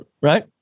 Right